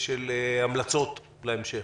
של המלצות להמשך,